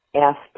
asked